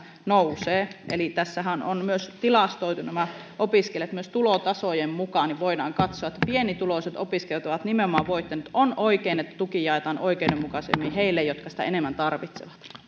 nousee eli tässähän on tilastoitu opiskelijat myös tulotasojen mukaan ja voidaan katsoa että pienituloiset opiskelijat ovat nimenomaan voittaneet on oikein että tuki jaetaan oikeudenmukaisemmin heille jotka sitä enemmän tarvitsevat